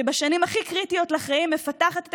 שבשנים הכי קריטיות לחיים מפתחת את